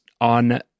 on